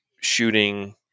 shooting